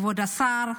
כבוד השר,